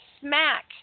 smack